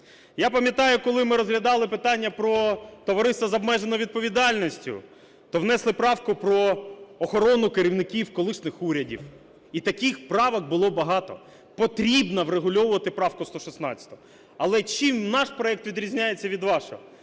Я пам'ятаю, коли ми розглядали питання про товариства з обмеженою відповідальністю, то внесли правку про охорону керівників колишніх урядів. І таких правок було багато. Потрібно врегульовувати правку 116. Але чим наш проект відрізняється від вашого?